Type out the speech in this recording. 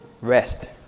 rest